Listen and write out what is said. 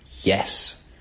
yes